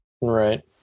right